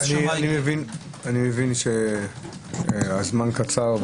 אני מבין שהזמן קצר.